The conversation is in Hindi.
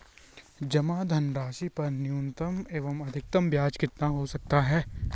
जमा धनराशि पर न्यूनतम एवं अधिकतम ब्याज कितना हो सकता है?